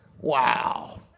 Wow